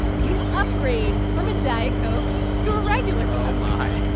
you upgrade from a diet coke to a regular coke oh, my i